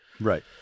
Right